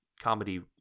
comedy